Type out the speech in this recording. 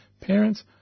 parents